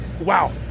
wow